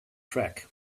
track